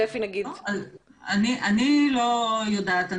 אני לא יודעת,